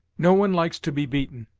no one likes to be beaten,